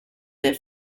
del